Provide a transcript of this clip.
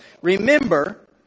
Remember